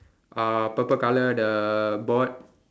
uh purple colour the board